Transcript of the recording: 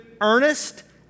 earnest